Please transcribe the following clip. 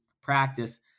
practice